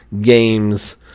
game's